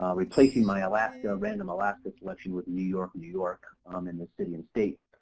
um replacing my alaska, random alaska selection with new york new york um in the city and state.